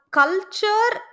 culture